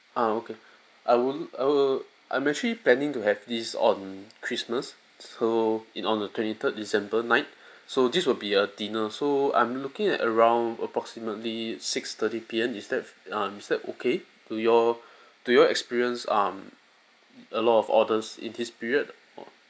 uh okay I will I will I'm actually planning to have this on christmas so in on the twenty third december night so this will be a dinner so I'm looking at around approximately six thirty PM is that um is that okay to your to your experience um a lot of orders in his period